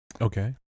Okay